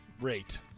rate